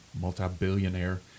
multi-billionaire